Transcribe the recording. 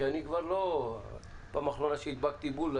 כי פעם אחרונה שהדבקתי בול,